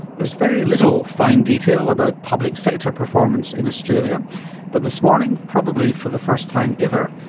there's very little fine detail about public sector performance in australia but this morning, probably for the first time ever,